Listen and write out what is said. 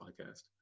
podcast